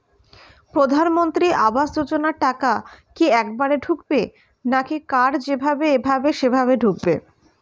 প্রধানমন্ত্রী আবাস যোজনার টাকা কি একবারে ঢুকবে নাকি কার যেভাবে এভাবে সেভাবে ঢুকবে?